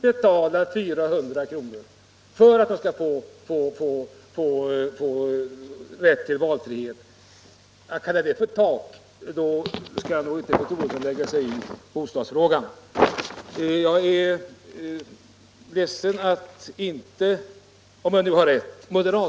betala minst 400 kr. — för att pensionärerna skall få rätt till valfrihet. Om fru Troedsson kallar det för tak skall hon nog inte lägga sig i frågor som har med bostadsbyggandet att göra.